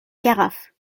carafe